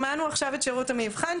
כי באמת שמענו עכשיו את שירות המבחן,